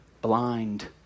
blind